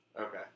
Okay